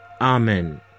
Amen